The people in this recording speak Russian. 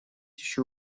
ещё